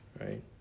Right